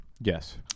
Yes